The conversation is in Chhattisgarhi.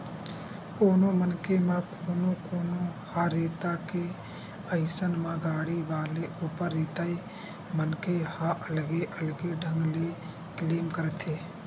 कोनो मनखे म कोनो कोनो ह रेता गे अइसन म गाड़ी वाले ऊपर रेताय मनखे ह अलगे अलगे ढंग ले क्लेम करथे